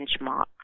benchmark